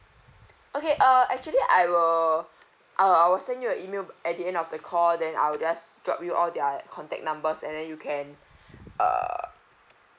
okay uh actually I will uh I'll send you an email at the end of the call then I'll just drop you all their contact numbers and then you can uh